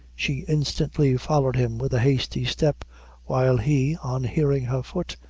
she instantly followed him with a hasty step while he, on hearing her foot,